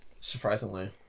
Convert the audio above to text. Surprisingly